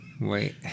wait